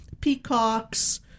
peacocks